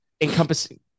encompassing